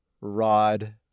rod